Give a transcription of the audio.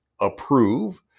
approve